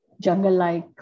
jungle-like